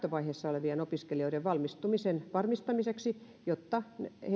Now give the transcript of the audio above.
olevien opiskelijoiden valmistumisen varmistamiseksi jotta nämä järjestelyt eivät